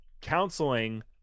counseling